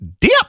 dip